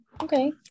okay